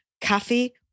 coffee